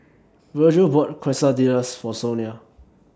Vergil bought Quesadillas For Sonia